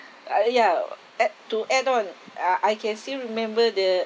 oh ya add to add on uh I can still remember the